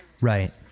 Right